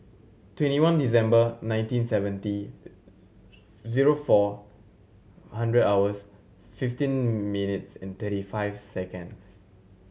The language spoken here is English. twenty one December nineteen seventy zero four hundred hours fifteen minutes and thirty five seconds